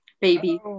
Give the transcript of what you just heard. baby